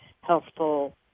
healthful